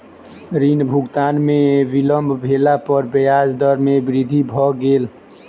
ऋण भुगतान में विलम्ब भेला पर ब्याज दर में वृद्धि भ गेल